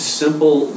simple